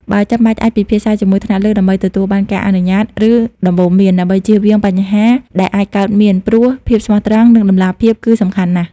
បើចាំបាច់ អាចពិភាក្សាជាមួយថ្នាក់លើដើម្បីទទួលបានការអនុញ្ញាត ឬដំបូន្មាន ដើម្បីជៀសវាងបញ្ហាដែលអាចកើតមានព្រោះ ភាពស្មោះត្រង់ និងតម្លាភាពគឺសំខាន់ណាស់។